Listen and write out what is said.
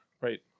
Right